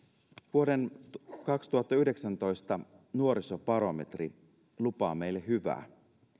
vuoden kaksituhattayhdeksäntoista nuorisobarometri lupaa meille hyvää